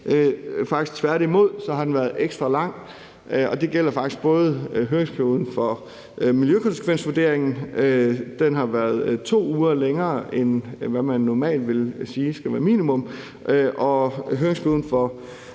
Tværtimod har de været ekstra lange, og det gælder faktisk både høringsperioden for miljøkonsekvensvurderingen – den har været 2 uger længere, end hvad man normalt vil sige skal være minimum – og høringsperioden for